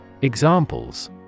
Examples